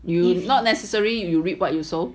you not necessary you you reap what you sow